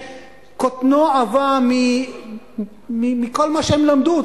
שקוטנו עבה מכל מה שהם למדו.